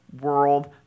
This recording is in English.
world